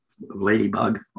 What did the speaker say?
ladybug